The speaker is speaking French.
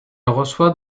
reçoit